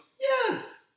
Yes